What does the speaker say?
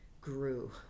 grew